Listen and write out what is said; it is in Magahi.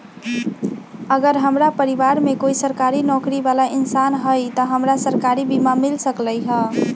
अगर हमरा परिवार में कोई सरकारी नौकरी बाला इंसान हई त हमरा सरकारी बीमा मिल सकलई ह?